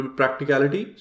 practicality